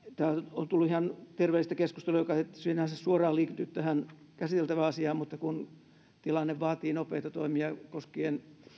on tullut ihan terveellistä keskustelua joka sinänsä ei suoraan liity tähän käsiteltävään asiaan mutta tilanne vaatii nopeita toimia koskien